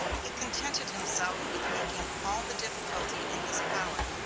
he contented himself with making all the difficulty in his power,